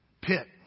pit